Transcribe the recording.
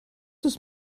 ist